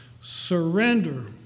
surrender